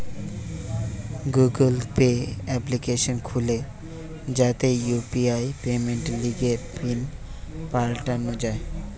Google Pay application খুলে যাতে UPI পেমেন্টের লিগে পিন পাল্টানো যায়